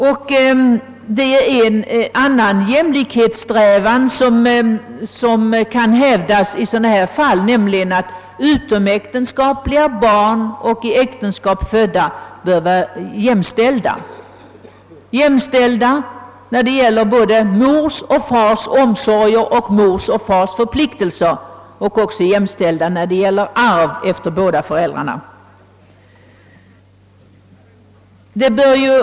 Det är en annan jämlikhetssträvan som kan hävdas i sådana här fall, nämligen att utomäktenskapliga barn och i äktenskap födda bör vara jämställda när det gäller mors och fars omsorger och mors och fars förpliktelser och även när det gäller arv efter båda föräldrarna.